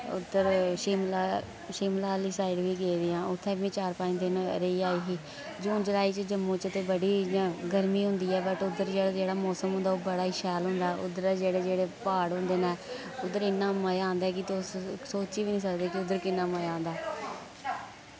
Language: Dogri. उध्दर शिमला शिमला आह्ली साइड बी गेदी आं उत्थै बी चार पंज दिन रेही आई ही जून जुलाई च जम्मू च ते बड़ी इयां गर्मी होंदी ऐ बट उध्दर जेह्ड़ा जेह्ड़ा मौसम होंदा ओह् बड़ा ही शैल होंदा उध्दर जेह्ड़े जेह्ड़े प्हाड़ होंदे नैं उध्दर इन्ना मजा औंदा ऐ कि तुस सोची बी निं सकदे कि उध्दर किन्ना मजा आंदा